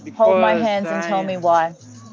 hold my hands and tell me why.